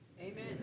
Amen